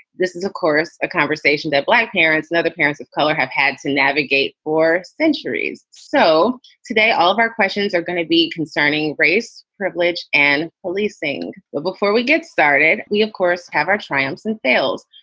this is, of course, a conversation that black parents and other parents of color have had to navigate for centuries. so today all of our questions are going to be concerning race, privilege and policing. well, before we get started, we, of course, have our triumphs and bills.